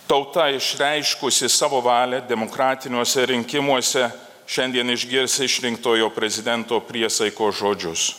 tauta išreiškusi savo valią demokratiniuose rinkimuose šiandien išgirs išrinktojo prezidento priesaikos žodžius